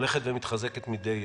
הולכת ומתחזקת מידי יום.